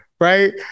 right